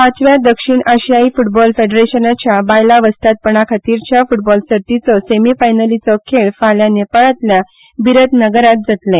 पांचव्या दक्षीण आशियाई फुटबॉल फेडरेशनाच्या बायलां वस्तादपणा खातीरच्या फुटबॉल सर्तीचो सेमीफायनलींचे खेळ फाल्यां नेपाळांतल्या बितर नगरांत जातले